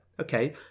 Okay